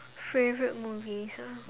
favourite movies ah